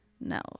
No